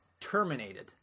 Terminated